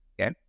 Okay